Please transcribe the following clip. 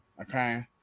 Okay